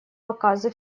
показы